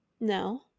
No